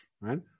right